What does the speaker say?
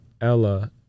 ella